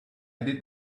did